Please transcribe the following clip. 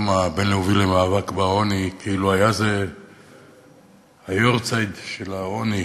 הבין-לאומי למאבק בעוני כאילו היה זה היארצייט של העוני,